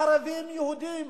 ערבים ויהודים,